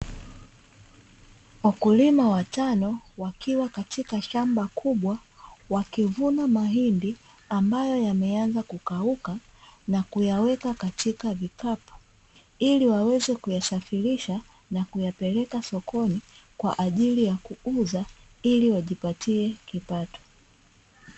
Wakulima watano wakiwa katika shamba kubwa wakivuna mahindi ambayo yameanza kukauka na kuyaweka katika vikapu, iliwaweze kuyasafirisha na kuyapeleka sokoni kwa ajili ya kuuza iliwajipatie kipato.